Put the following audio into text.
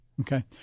Okay